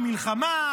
במלחמה?